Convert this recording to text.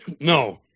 No